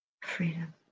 freedom